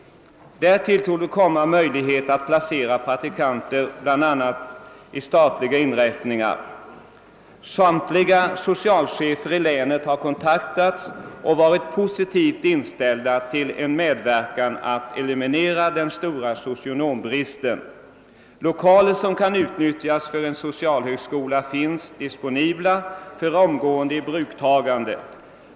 Därtill torde komma möjlighet att placera praktikanter vid bl.a. statliga inrättningar. Samtliga socialchefer i länet har kontaktats, och de har varit positivt inställda till en medverkan för att eliminera den stora socionombristen. Lokaler som kan utnyttjas för en socialhögskola finns disponibla och kan tas i bruk omgående.